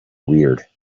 weird